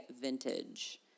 vintage